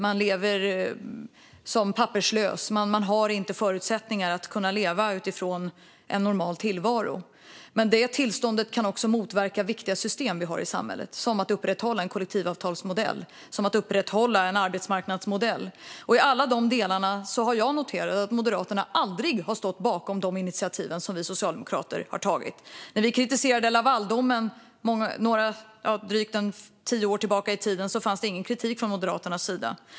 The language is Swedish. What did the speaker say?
Man lever som papperslös och har inte förutsättningar att få en normal tillvaro. Men detta tillstånd kan också motverka viktiga system vi har i samhället, som att upprätthålla en kollektivavtalsmodell och en arbetsmarknadsmodell. Och i de delarna har jag noterat att Moderaterna aldrig har stått bakom de initiativ som vi socialdemokrater har tagit. När vi kritiserade Lavaldomen för drygt tio år sedan fanns det ingen kritik från Moderaterna.